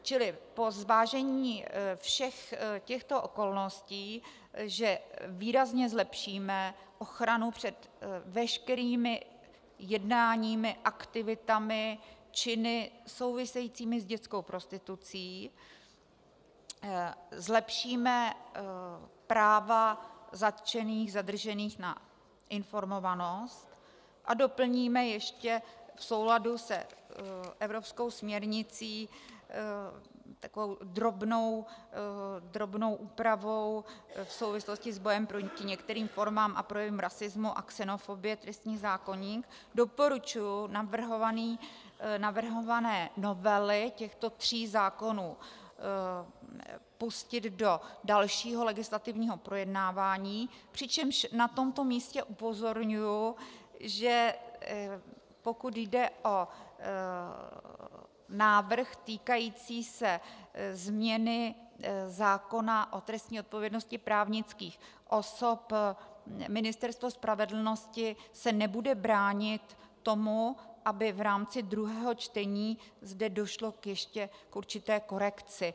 Čili po zvážení všech těchto okolností, že výrazně zlepšíme ochranu před veškerými jednáními, aktivitami, činy souvisejícími s dětskou prostitucí, zlepšíme práva zatčených, zadržených na informovanost a doplníme ještě v souladu s evropskou směrnicí takovou drobnou úpravou v souvislosti s bojem proti některým formám a projevům rasismu a xenofobie trestní zákoník, doporučuji navrhované novely těchto tří zákonů pustit do dalšího legislativního projednávání, přičemž na tomto místě upozorňuji, že pokud jde o návrh týkající se změny zákona o trestní odpovědnosti právnických osob, Ministerstvo spravedlnosti se nebude bránit tomu, aby v rámci druhého čtení zde došlo ještě k určité korekci.